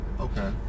Okay